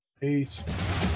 peace